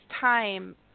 time